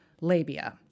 labia